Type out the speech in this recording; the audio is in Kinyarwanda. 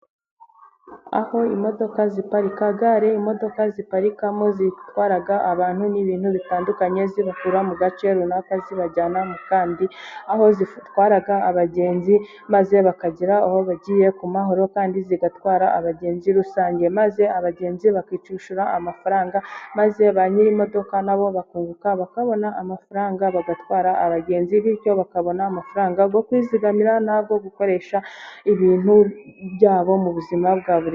Aho imodoka ziparika, gare imodoka ziparikamo zatwara abantu n'ibintu bitandukanye, zibakura mu gace runaka zibajyana mu kandi, aho zitwara abagenzi maze bakagera aho bagiye ku mahoro kandi zigatwara abagenzi rusange, maze abagenzi bakashyura amafaranga maze ba nyirimodoka nabo bakunguka bakabona amafaranga bagatwara abagenzi, bityo bakabona amafaranga yo kwizigamira nayo gukoresha ibintu byabo mu buzima bwa buri munsi.